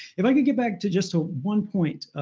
if i can get back to just so one point